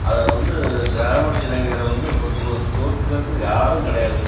அதில் வந்து கிராமத்து இளைஞரை வந்து இப்போ தோத்துக்கிறதுக்கு யாரும் கிடையாது